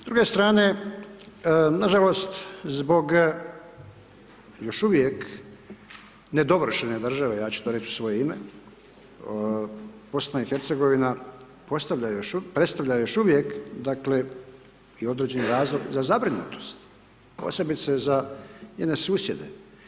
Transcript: S druge strane, nažalost, zbog još uvijek nedovršene države, ja ću to reći u svoje ime, BiH predstavlja još uvijek, dakle, i određeni razlog za zabrinutost, posebice za njene susjede.